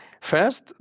first